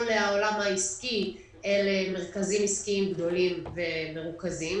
העולם העסקי למרכזים עסקיים גדולים ומרוכזים